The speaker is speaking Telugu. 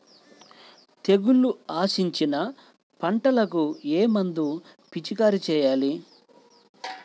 తెగుళ్లు ఆశించిన పంటలకు ఏ మందు పిచికారీ చేయాలి?